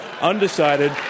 undecided